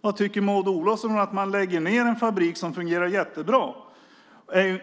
Vad tycker Maud Olofsson om att man lägger ned en fabrik som fungerar jättebra?